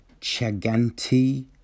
Chaganti